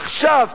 עכשיו,